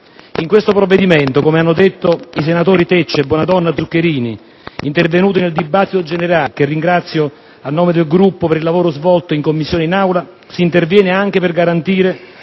In questo provvedimento, come hanno evidenziato i senatori Tecce, Bonadonna e Zuccherini, intervenuti nel dibattito generale (che, a nome del Gruppo, ringrazio per il lavoro svolto in Commissione ed in Aula), si interviene anche per garantire